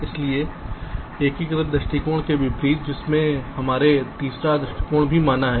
इसलिए एकीकृत दृष्टिकोणों के विपरीत जिसे हमने तीसरा दृष्टिकोण भी माना है